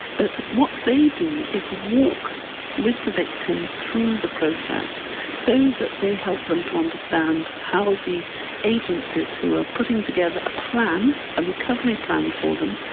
but what they do is walk with the victims through the process so that they help them to understand how the agencies who are putting together a plan, a recovery plan for them,